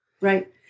Right